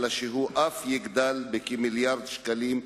אלא הוא אף יגדל בכמיליארד שקלים,